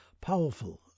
powerful